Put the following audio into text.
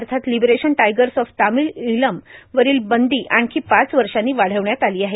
अर्थात Liberation Tigers of Tamil Eelam वरील बंदी आणखी पाच वर्षांनी वाढवण्यात आली आहे